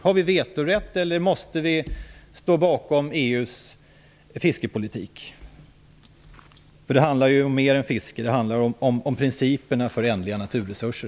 Har vi vetorätt eller måste vi stå bakom EU:s fiskepolitik? Det handlar ju om mer än fiske. Det handlar helt enkelt om principerna för ändliga naturresurser.